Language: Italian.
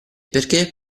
perché